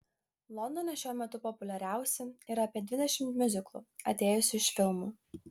londone šiuo metu populiariausi yra apie dvidešimt miuziklų atėjusių iš filmų